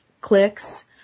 clicks